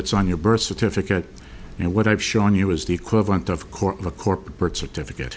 that's on your birth certificate and what i've shown you is the equivalent of course of a corporate certificate